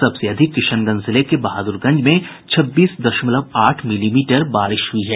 सबसे अधिक किशनगंज जिले के बहादुरगंज में छब्बीस दशमलव आठ मिलीमीटर बारिश हुयी है